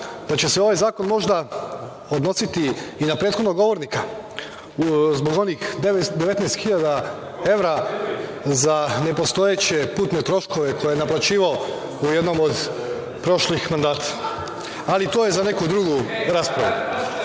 da će se ovaj zakon možda odnositi i na prethodnog govornika zbog onih 19 hiljada evra za nepostojeće putne troškove, koje je naplaćivao u jednom od prošlih mandata. Ali, to je za neku drugu raspravu. Danas